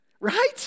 Right